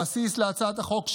הבסיס להצעת החוק שלי: